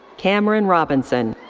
kameron robinson.